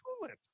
Tulips